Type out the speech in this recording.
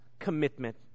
commitment